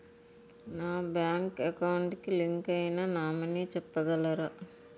నా bank account కి link అయినా నామినీ చెప్పగలరా?